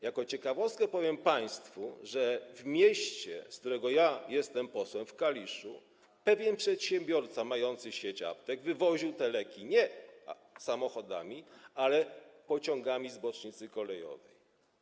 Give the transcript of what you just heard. Jako ciekawostkę powiem państwu, że w mieście, w którym wybrano mnie na posła, w Kaliszu, pewien przedsiębiorca mający sieć aptek wywoził te leki nie samochodami, ale pociągami z bocznicy kolejowej.